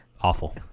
Awful